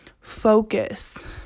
focus